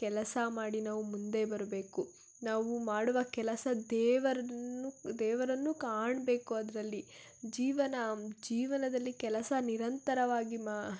ಕೆಲಸ ಮಾಡಿ ನಾವು ಮುಂದೆ ಬರಬೇಕು ನಾವು ಮಾಡುವ ಕೆಲಸ ದೇವರನ್ನು ದೇವರನ್ನು ಕಾಣಬೇಕು ಅದರಲ್ಲಿ ಜೀವನ ಜೀವನದಲ್ಲಿ ಕೆಲಸ ನಿರಂತರವಾಗಿ ಮಾ